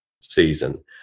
season